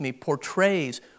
portrays